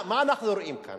מה אנחנו רואים כאן?